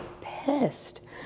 pissed